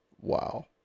Wow